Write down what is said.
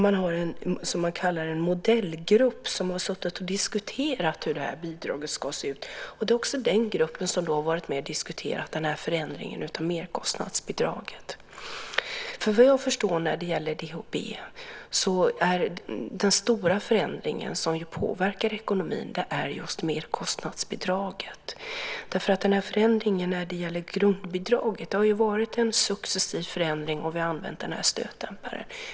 Man har något som man kallar en modellgrupp, som har suttit och diskuterat hur bidraget ska se ut. Det är också den gruppen som har varit med och diskuterat förändringen av merkostnadsbidraget. Vad jag förstår är den stora förändringen som påverkar ekonomin för DHB just merkostnadsbidraget. Förändringen när det gäller grundbidraget har varit successiv, och vi har använt stötdämpare.